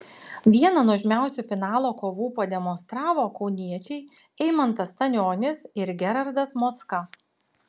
vieną nuožmiausių finalo kovų pademonstravo kauniečiai eimantas stanionis ir gerardas mocka